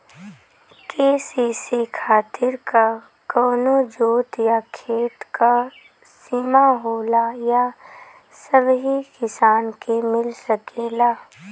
KCC खातिर का कवनो जोत या खेत क सिमा होला या सबही किसान के मिल सकेला?